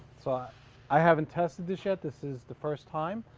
ah i haven't tested this yet. this is the first time.